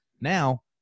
Now